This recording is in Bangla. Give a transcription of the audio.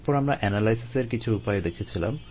এরপর আমরা এনালাইসিসের কিছু উপায় দেখেছিলাম